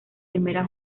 primera